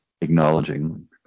acknowledging